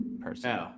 person